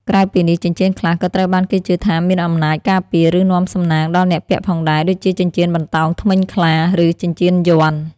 ក្រៅពីនេះ ចិញ្ចៀនខ្លះក៏ត្រូវបានគេជឿថាមានអំណាច ការពារ ឬនាំសំណាង ដល់អ្នកពាក់ផងដែរ ដូចជាចិញ្ចៀនបន្តោងធ្មេញខ្លា ឬចិញ្ចៀនយ័ន្ត។